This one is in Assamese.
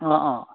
অঁ অঁ